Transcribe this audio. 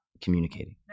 communicating